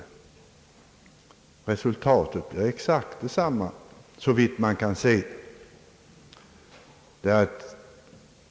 Resultatet blir i så fall exakt detsamma, såvitt jag kan se.